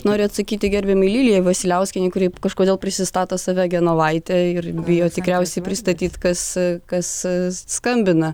noriu atsakyti gerbiamai lilijai vasiliauskienei kuri kažkodėl prisistato save genovaite ir bijo tikriausiai pristatyt kas kas skambina